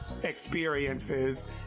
experiences